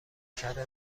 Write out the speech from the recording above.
کره